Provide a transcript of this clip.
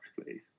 please